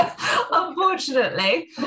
unfortunately